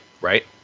right